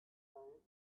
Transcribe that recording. time